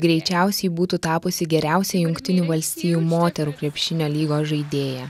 greičiausiai būtų tapusi geriausia jungtinių valstijų moterų krepšinio lygos žaidėja